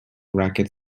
racket